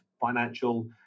financial